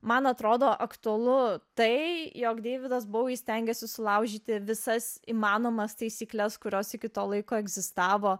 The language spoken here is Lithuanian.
man atrodo aktualu tai jog deividas buvo įstengęs susilaužyti visas įmanomas taisykles kurios iki to laiko egzistavo